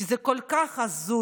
כי זה כל כך הזוי,